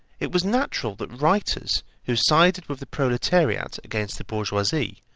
it was natural that writers who sided with the proletariat against the bourgeoisie,